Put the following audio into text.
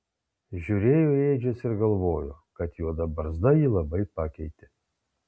žiūrėjo į ėdžias ir galvojo kad juoda barzda jį labai pakeitė